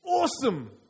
Awesome